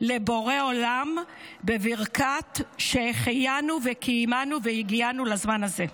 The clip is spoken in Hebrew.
לבורא עולם בברכת שהחיינו וקיימנו והגיענו לזמן הזה.